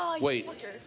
Wait